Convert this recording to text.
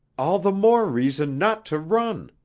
all the more reason not to run!